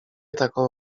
taką